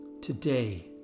today